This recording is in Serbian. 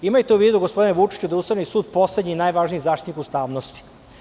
Imajte u vidu, gospodine Vučiću, da je Ustavni sud poslednji i najvažniji zaštitnik ustavnosti.